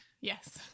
Yes